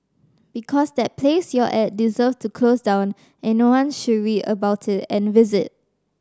because that place you're at deserves to close down as no one should read about it and visit